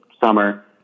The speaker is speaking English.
summer